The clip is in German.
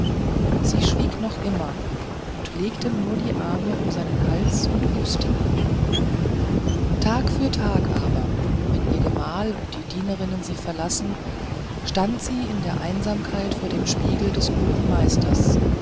sie schwieg noch immer und legte nur die arme um seinen hals und küßte ihn tag für tag aber wenn ihr gemahl und die dienerin sie verlassen stand sie in der einsamkeit vor dem spiegel des guten meisters